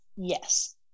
Yes